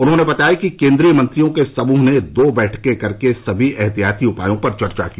उन्होंने बताया कि केंद्रीय मंत्रियों के समूह ने दो बैठकें करके सभी ऐहतियाती उपायोंपर चर्चा की